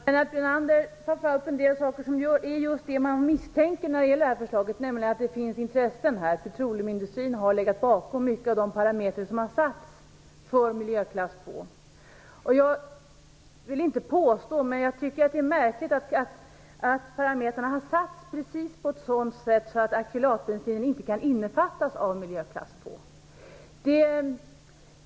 Herr talman! Lennart Brunander tar upp en del saker som jag har misstänkt när det gäller förslaget, nämligen att det finns olika intressen. Petroleumindustrin har legat bakom många av de parametrar som har fastställts för miljöklass 2. Jag tycker att det är märkligt att parametrarna har satts precis på ett sådant sätt att akrylatbensin inte kan innefattas i miljöklass 2.